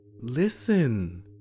Listen